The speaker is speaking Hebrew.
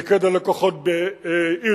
שפיקד על הכוחות באירלנד,